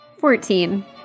Fourteen